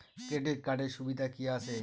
Credit কার্ডের সুবিধা কি আছে?